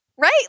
Right